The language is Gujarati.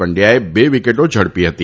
પંડયાએ બે વિકેટો ઝડપી હતી